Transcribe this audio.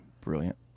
Brilliant